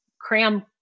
cram